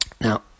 Now